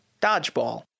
dodgeball